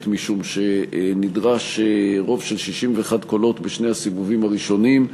משום שנדרש רוב של 61 קולות בשני הסיבובים הראשונים,